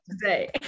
today